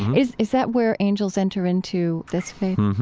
is is that where angels enter into this faith?